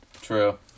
True